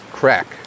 Crack